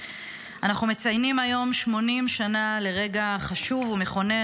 אנחנו מציינים היום 80 שנה לרגע חשוב ומכונן